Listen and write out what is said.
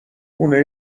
خونه